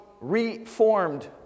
reformed